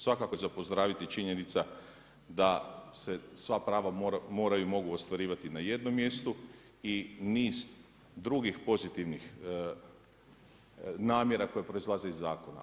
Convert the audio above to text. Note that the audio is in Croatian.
Svakako je za pozdraviti činjenica da se sva prava moraju i mogu ostvarivati na jednom mjestu i niz drugih pozitivnih namjera koje proizlaze iz zakona.